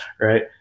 Right